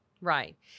Right